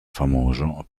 famoso